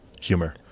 humor